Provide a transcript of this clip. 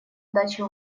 даче